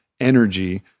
energy